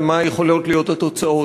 מה יכולות להיות התוצאות?